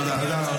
תודה.